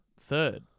third